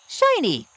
Shiny